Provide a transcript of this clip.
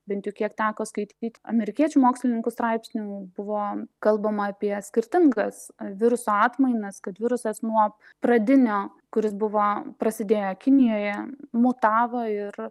bent jau kiek teko skaityti amerikiečių mokslininkų straipsnių buvo kalbama apie skirtingas viruso atmainas kad virusas nuo pradinio kuris buvo prasidėjo kinijoje mutavo ir